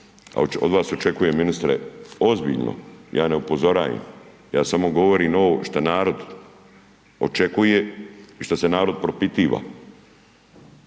od vas očekujem ministre ozbiljno, ja ne upozorajem, ja samo govorim ovo šta narod očekuje i šta se narod propitiva.